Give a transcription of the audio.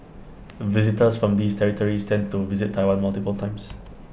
visitors from these territories tend to visit Taiwan multiple times